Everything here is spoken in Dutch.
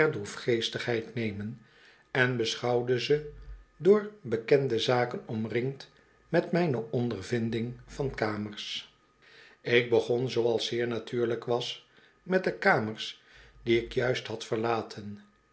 droefgeestigheid nemen en beschouwde ze door bekende zaken omringd met mijne ondervinding van kamers ik begon zooals zeer natuurlijk was met de kamers die ik juist had verlaten